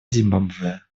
зимбабве